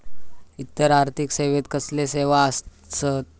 इतर आर्थिक सेवेत कसले सेवा आसत?